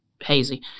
hazy